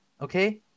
Okay